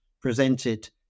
presented